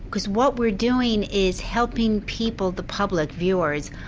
because what we're doing is helping people, the public, viewers,